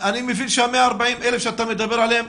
אני מבין שה-140,000 שאתה מדבר עליהם,